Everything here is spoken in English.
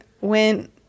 went